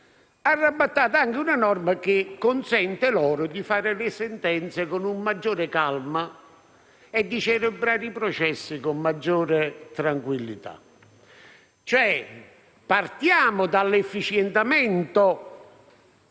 magistrati, compresa una norma che consente loro di fare le sentenze con maggiore calma e di celebrare i processi con maggiore tranquillità. Partiamo, cioè, dall'efficientamento